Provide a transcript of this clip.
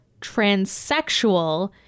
transsexual